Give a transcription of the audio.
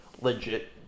legit